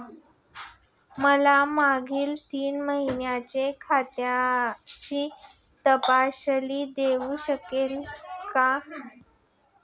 मला मागील तीन महिन्यांचा खात्याचा तपशील देऊ शकाल का?